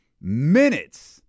Minutes